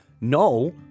No